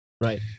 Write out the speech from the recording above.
Right